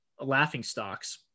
laughingstocks